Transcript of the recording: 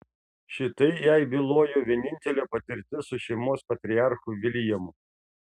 šitai jai bylojo vienintelė patirtis su šeimos patriarchu viljamu